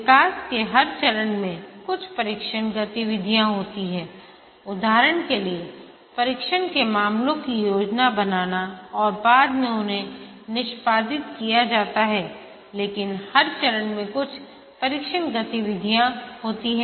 विकास के हर चरण में कुछ परीक्षण गतिविधियाँ होती हैं उदाहरण के लिए परीक्षण के मामलों की योजना बनाना और बाद में उन्हें निष्पादित किया जा सकता हैलेकिन हर चरण में कुछ परीक्षण गतिविधियाँ होती हैं